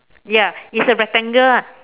ya is the rectangle ah